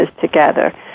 together